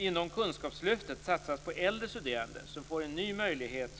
Inom kunskapslyftet satsas på äldre studerande som får en ny möjlighet